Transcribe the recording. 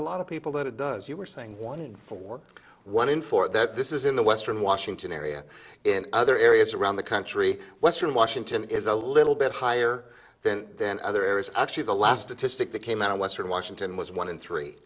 a lot of people that it does you were saying one hundred four one in four that this is in the western washington area in other areas around the country western washington is a little bit higher than than other areas actually the last two to stick that came out western washington was one in three